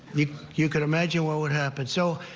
you you can imagine what would happen. so